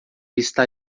está